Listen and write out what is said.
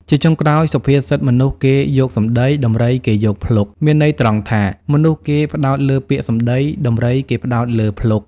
ជាចុងក្រោយ សុភាសិត មនុស្សគេយកសម្តី ដំរីគេយកភ្លុក មានន័យត្រង់ថា មនុស្សគេផ្ដោតលើពាក្យសម្ដី ដំរីគេផ្ដោតលើភ្លុក។